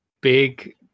big